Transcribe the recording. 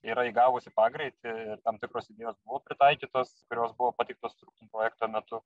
yra įgavusi pagreitį ir tam tikros idėjos buvo pritaikytos kurios buvo pateiktos struktum projekto metu